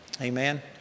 Amen